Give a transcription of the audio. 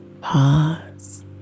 pause